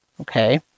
okay